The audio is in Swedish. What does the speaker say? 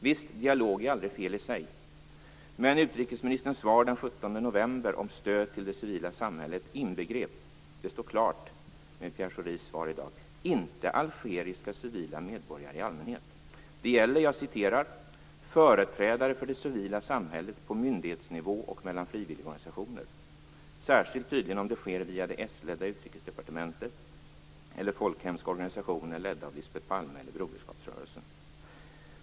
Visst, dialog i sig är aldrig fel men utrikesministerns svar den 17 november om stöd till det civila samhället inbegrep - det står klart i och med Pierre Schoris svar i dag - inte algeriska civila medborgare i allmänhet. Det gäller "företrädare för det civila samhället på myndighetsnivå" och "mellan frivilligorganisationer" - särskilt, tydligen, om det sker via det sledda Utrikesdepartementet eller folkhemska organisationer ledda av Lisbeth Palme eller Broderskapsrörelsen.